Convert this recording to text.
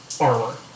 armor